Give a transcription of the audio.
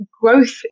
growth